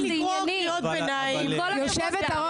לקידום מעמד האישה ולשוויון מגדרי): << יור